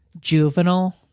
juvenile